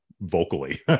vocally